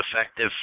effective